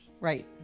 Right